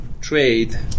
trade